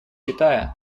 китая